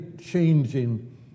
changing